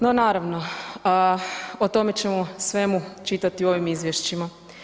No, naravno o tome ćemo svemu čitati u ovim izvješćima.